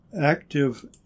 active